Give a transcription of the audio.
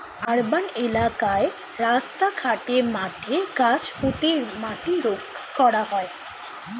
urban এলাকায় রাস্তা ঘাটে, মাঠে গাছ পুঁতে মাটি রক্ষা করা হয়